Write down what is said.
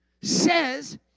says